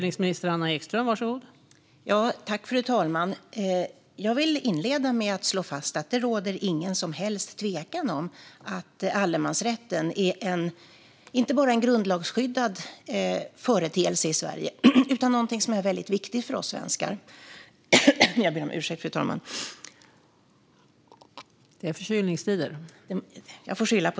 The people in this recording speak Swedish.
Fru talman! Jag vill inleda med att slå fast att det inte råder någon som helst tvekan om att allemansrätten inte bara är en grundlagsskyddad företeelse i Sverige utan någonting som är väldigt viktigt för oss svenskar.